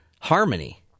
harmony